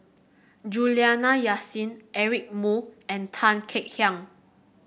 Juliana Yasin Eric Moo and Tan Kek Hiang